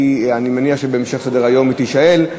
ואני מניח שבהמשך סדר-היום היא תישאל,